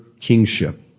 kingship